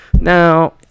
now